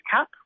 Cup